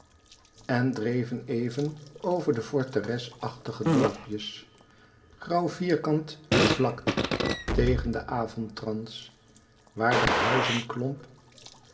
en dreven even over de forteresachtige dorpjes grauw vierkant gevlakt tegen den avondtrans waar de huizenklomp